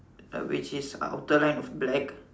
uh which is outer line of black